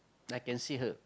I can see her